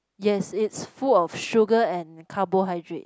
yes it's full of sugar and carbohydrate